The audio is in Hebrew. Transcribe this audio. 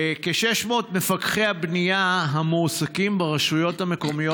כ-600 מפקחי הבנייה המועסקים ברשויות המקומיות